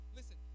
Listen